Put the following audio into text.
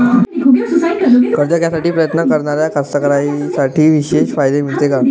कर्ज घ्यासाठी प्रयत्न करणाऱ्या कास्तकाराइसाठी विशेष फायदे मिळते का?